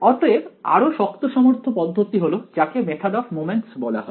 অতএব আরো শক্তসমর্থ পদ্ধতি হল যাকে মেথড অফ মোমেন্টস বলা হয়